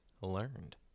learned